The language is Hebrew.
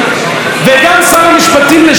וגם שר המשפטים לשעבר,